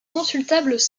consultables